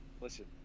Listen